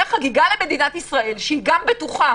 חגיגה למדינת ישראל שהיא גם בטוחה.